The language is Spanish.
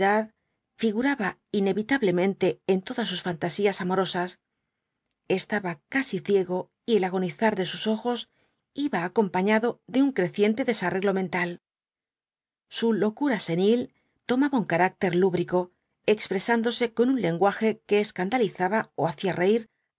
figuraba inevitablemente en todas sus fantasías amorosas estaba casi ciego y el agonizar de sus ojos iba acompañado de un creciente desarreglo mental su locura senil tomaba un carácter lúbrico expresándose con un lenguaje que escandalizaba ó hacía reir